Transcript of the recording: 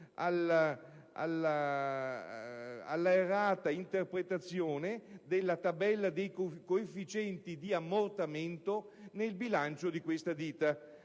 alla errata interpretazione della tabella dei coefficienti di ammortamento nel bilancio di questa ditta.